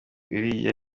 uriya